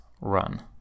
run